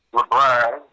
LeBron